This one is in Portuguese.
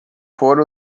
fora